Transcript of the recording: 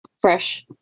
fresh